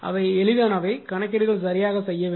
அவை எளிதானவை கணக்கீடுகள் சரியாக செய்ய வேண்டும்